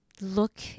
look